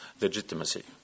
legitimacy